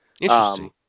Interesting